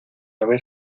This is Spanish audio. haber